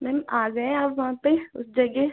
ma'am आ गए आप वहाँ पर उस जगह